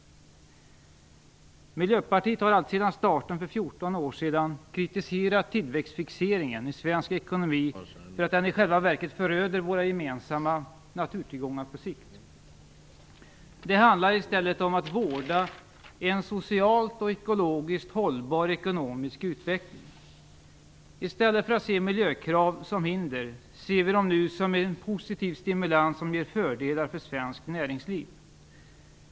Miljöpartiet har alltsedan starten för 14 år sedan kritiserat tillväxtfixeringen i svensk ekonomi för att den i själva verket föröder våra gemensamma naturtillgångar på sikt. Det handlar i stället om att vårda en socialt och ekologiskt hållbar ekonomisk utveckling. I stället för att se miljökrav som hinder ser vi dem nu som en positiv stimulans som ger fördelar för svenskt näringsliv.